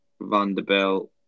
Vanderbilt